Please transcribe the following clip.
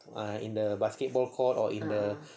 ah in the basketball court or in the